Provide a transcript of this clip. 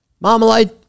Marmalade